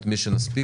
את מי שנספיק,